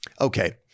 Okay